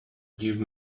give